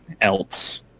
else